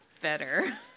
better